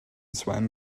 swam